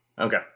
Okay